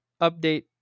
update